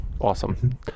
Awesome